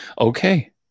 Okay